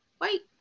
Wait